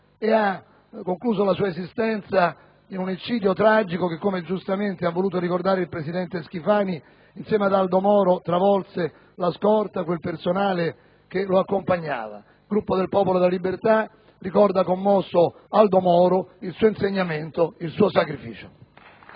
e ha concluso la sua esistenza in un eccidio tragico che, come ha voluto giustamente ricordare il presidente Schifani, insieme ad Aldo Moro travolse il personale della scorta che lo accompagnava. Il Gruppo Il Popolo della Libertà ricorda commosso Aldo Moro, il suo insegnamento e il suo sacrificio.